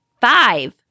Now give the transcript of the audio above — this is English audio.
Five